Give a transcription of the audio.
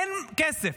אין כסף.